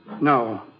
No